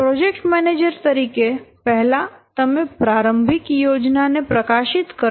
project manager તરીકે પહેલા તમે પ્રારંભિક યોજના ને પ્રકાશિત કરશો